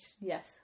Yes